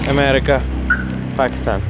America Pakistan